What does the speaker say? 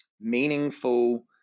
meaningful